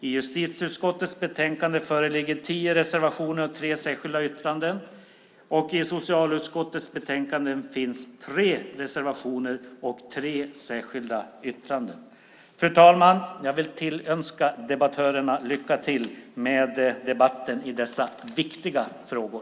I justitieutskottets betänkande föreligger tio reservationer och tre särskilda yttranden, och i socialutskottets betänkande finns tre reservationer och tre särskilda yttranden. Fru talman! Jag vill önska debattörerna lycka till med debatten i dessa viktiga frågor.